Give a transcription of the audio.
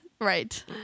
right